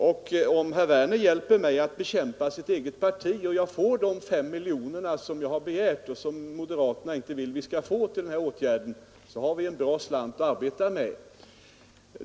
Om herr Werner hjälper mig att bekämpa sitt eget parti, så att jag får de 5 miljoner som jag har begärt till de här åtgärderna, har vi en bra slant att arbeta med.